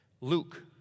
Luke